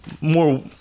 More